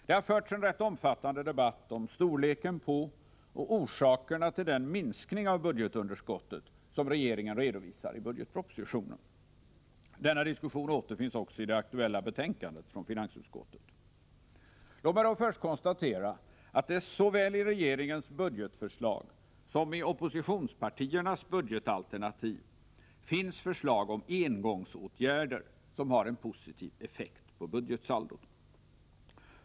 Det har förts en rätt omfattande debatt om storleken på och orsakerna till den minskning av budgetunderskottet som regeringen redovisar i budgetpropositionen. Denna diskussion återfinns också i det aktuella betänkandet från finansutskottet. Låt mig då först konstatera att det såväl i regeringens budgetförslag som i oppositionspartiernas budgetalternativ finns förslag om engångsåtgärder, som har en positiv effekt på budgetsaldot.